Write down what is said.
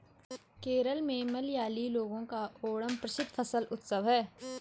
केरल में मलयाली लोगों का ओणम प्रसिद्ध फसल उत्सव है